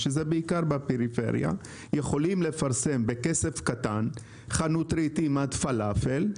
בפריפריה יכולים לפרסם בכסף קטן חנות רהיטים עד פלאפל,